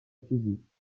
physique